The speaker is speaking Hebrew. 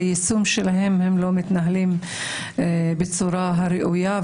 ביישום שלהם הם לא מתנהלים בצורה הראויה,